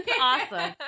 awesome